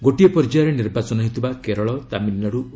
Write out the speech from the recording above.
ଗୋଟିଏ ପର୍ଯ୍ୟାୟରେ ନିର୍ବାଚନ ହେଉଥିବା କେରଳ ତାମିଲନାଡୁ ଓ